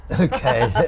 Okay